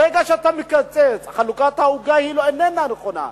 ברגע שאתה מקצץ, חלוקת העוגה איננה נכונה.